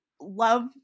love